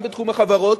גם בתחום החברות,